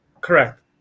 Correct